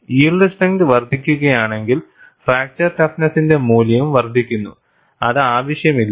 yield strength വർദ്ധിക്കുകയാണെങ്കിൽ fracture ടഫ്നെസ്സിന്റെ മൂല്യവും വർദ്ധിക്കുന്നു അത് ആവശ്യമില്ല